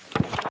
Kõik,